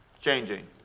changing